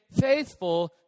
faithful